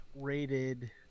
rated